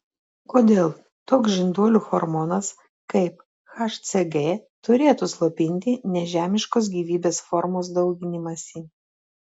kodėl toks žinduolių hormonas kaip hcg turėtų slopinti nežemiškos gyvybės formos dauginimąsi